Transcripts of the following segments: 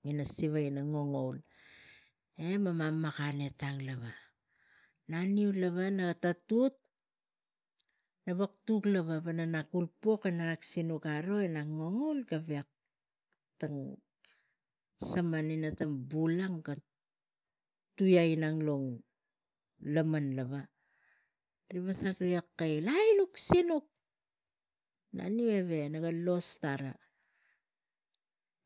Ngina siva ina ngangaul eh mama makan etang lavab nami lava nga tatut na buk tuk lava pana ulpuk ina sinuk avo mak ngangaul gavek tang samau ina tang bul ang ga tiai inang lo laman lara ri wasak riga kail ai nuk sinuk naniu gavek naga los tara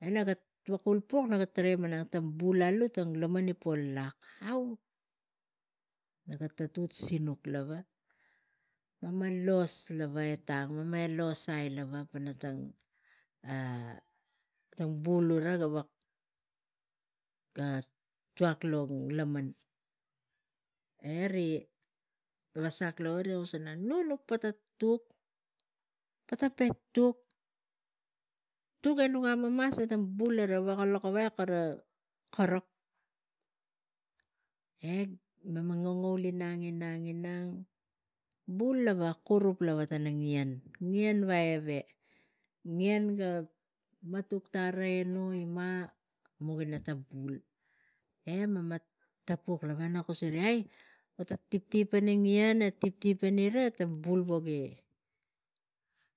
enaga tuk ulpuk naga tarai malang ta bul alu ta ta laman bgi palak au naga tatut sinuk sinuk lava mena los lava etang mena elosai lava pana tang bul uva ga tuak lo laman eh ri wasak lava riga kus pana au ru nuk pata tuk enuk nangas eta bul gave gaveka lokarai kava kavok eh mama ngangaul inang bul lava kurup lava tana ngien. ngien ta bul eh mama tapuk nak kusi ri ai tiptip ina ngien eta tip tip tara ta bul money ta bul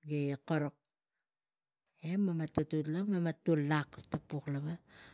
gi korok ina tatut lava mama tul lak ki tapuk lava